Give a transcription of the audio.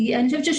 אני חושבת שיש